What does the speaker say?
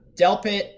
Delpit